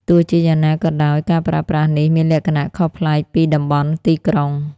ទោះជាយ៉ាងណាក៏ដោយ ការប្រើប្រាស់នេះមានលក្ខណៈខុសប្លែកពីតំបន់ទីក្រុង។